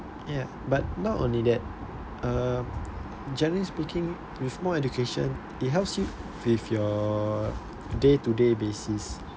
but not only that generally speaking with more education it helps you with your day to day basis